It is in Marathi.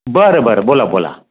बरं बरं बोला बोला